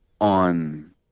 on